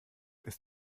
ist